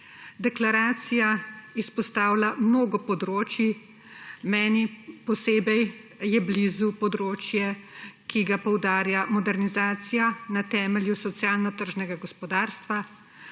Deklaracija izpostavlja mnogo področij. Meni je posebej blizu področje, ki ga poudarja, modernizacija na temelju socialno tržnega gospodarstva.